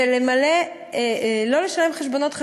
ולא לשלם חשבונות,